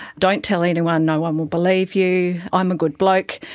don't tell anyone, no-one will believe you. i'm a good bloke.